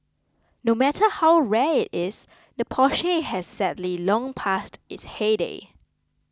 no matter how rare it is the Porsche has sadly long passed its heyday